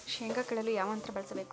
ಶೇಂಗಾ ಕೇಳಲು ಯಾವ ಯಂತ್ರ ಬಳಸಬೇಕು?